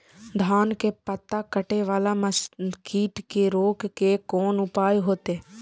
धान के पत्ता कटे वाला कीट के रोक के कोन उपाय होते?